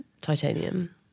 titanium